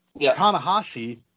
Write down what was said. Tanahashi